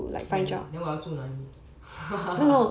rent uh then 我要住哪里